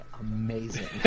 amazing